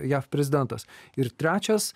jav prezidentas ir trečias